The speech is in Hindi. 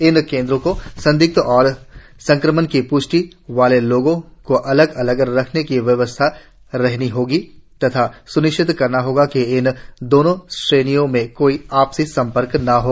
इन केन्द्रों को संदिग्ध और संक्रमण की प्ष्टि वाले लोगों को अलग अलग रखने की व्यवस्था रखनी होगी तथा स्निश्चित करना होगा कि इन दोनों श्रेणियों में कोई आपसी सम्पर्क न हो